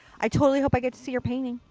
i totally hope i get to see your painting.